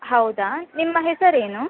ಹೌದಾ ನಿಮ್ಮ ಹೆಸರೇನು